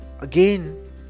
Again